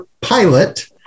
pilot